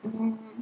mmhmm